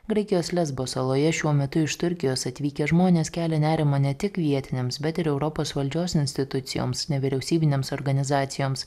graikijos lezbo saloje šiuo metu iš turkijos atvykę žmonės kelia nerimą ne tik vietiniams bet ir europos valdžios institucijoms nevyriausybinėms organizacijoms